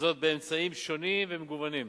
וזאת באמצעים שונים ומגוונים.